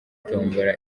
tombora